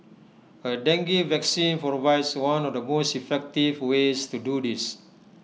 A dengue vaccine provides one of the most effective ways to do this